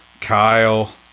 Kyle